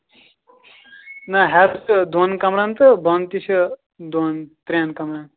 نہَ ہیَرٕ تہٕ دۄن کَمرَن تہٕ بۄن تہِ چھِ دۄن ترٛٮ۪ن کَمرَن